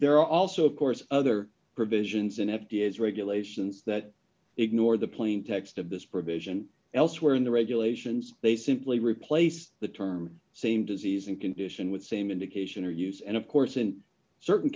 are also of course other provisions in f d a is regulations that ignore the plain text of this provision elsewhere in the regulations they simply replace the term same disease and condition with same indication or use and of course in certain